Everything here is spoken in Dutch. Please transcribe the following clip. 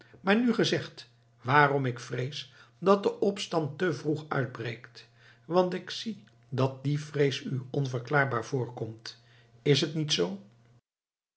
maar nu gezegd waarom ik vrees dat de opstand te vroeg uitbreekt want ik zie dat die vrees u onverklaarbaar voorkomt is het niet zoo